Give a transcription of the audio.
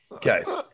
guys